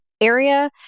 area